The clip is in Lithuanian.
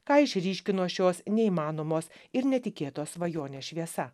ką išryškino šios neįmanomos ir netikėtos svajonės šviesa